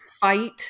fight